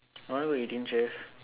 I want go eighteen chef